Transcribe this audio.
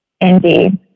Indeed